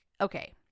okay